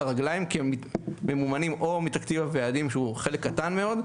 הרגליים כי הם ממומנים או מתקציב הוועדים שהוא חלק קטן מאוד,